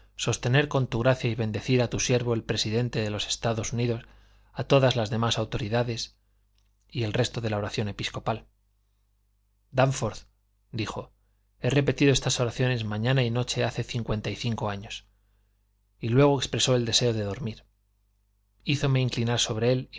sostener con tu gracia y bendecir a tu siervo el presidente de los estados unidos a todas las demás autoridades y el resto de la oración episcopal dánforth dijo he repetido estas oraciones mañana y noche hace cincuenta y cinco años y luego expresó el deseo de dormir hízome inclinar sobre él